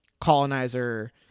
colonizer